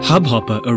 Hubhopper